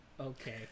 okay